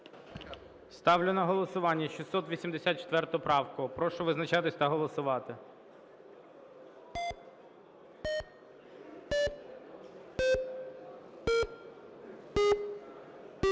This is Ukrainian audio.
Ставлю на голосування 696 правку. Прошу визначатися та голосувати.